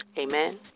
Amen